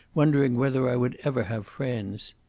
wondering whether i would ever have friends.